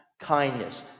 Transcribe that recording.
kindness